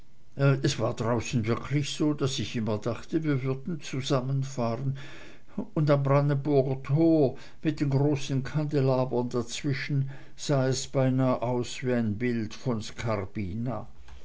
es war draußen wirklich so daß ich immer dachte wir würden zusammenfahren und am brandenburger tor mit den großen kandelabern dazwischen sah es beinah aus wie ein bild von skarbina